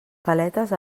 paletes